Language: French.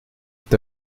est